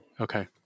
Okay